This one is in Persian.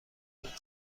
میگین